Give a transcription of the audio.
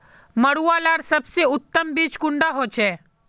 मरुआ लार सबसे उत्तम बीज कुंडा होचए?